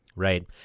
Right